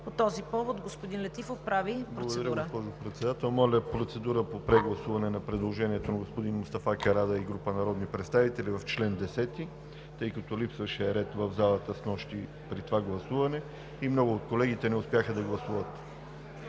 По този повод господин Летифов прави процедура. ХАЛИЛ ЛЕТИФОВ (ДПС): Благодаря, госпожо Председател. Моля, процедура по прегласуване на предложението на господин Мустафа Карадайъ и група народни представители в чл. 10, тъй като липсваше ред в залата снощи при това гласуване и много от колегите не успяха да гласуват.